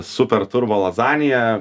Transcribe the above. super turbo lazaniją